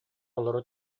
олоро